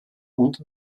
und